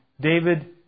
David